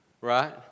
Right